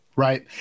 Right